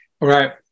Right